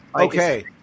Okay